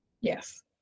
Yes